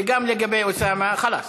וגם לגבי אוסאמה, חלאס.